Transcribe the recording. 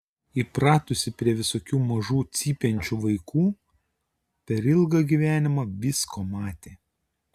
įpratusi prie visokių mažų cypiančių vaikų per ilgą gyvenimą visko matė